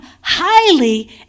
highly